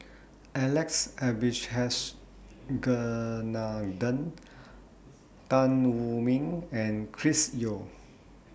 Alex Abisheganaden Tan Wu Meng and Chris Yeo